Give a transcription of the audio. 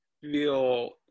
feel